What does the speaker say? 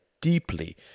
deeply